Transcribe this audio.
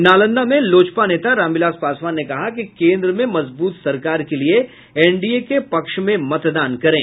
नालंदा में लोजपा नेता रामविलास पासवान ने कहा कि केंद्र में मजबूत सरकार के लिये एनडीए के पक्ष में मतदान करें